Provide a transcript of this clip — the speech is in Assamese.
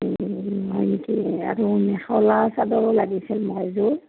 আৰু মেখেলা চাদৰো লাগিছিল এযোৰ